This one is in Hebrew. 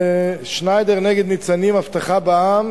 שניידר נגד "ניצנים אבטחה" בע"מ,